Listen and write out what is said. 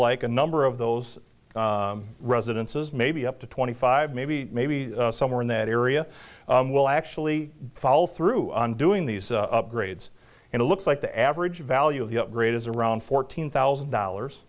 like a number of those residences maybe up to twenty five maybe maybe somewhere in that area will actually fall through doing these upgrades and it looks like the average value of the upgrade is around fourteen thousand dollars